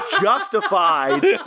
justified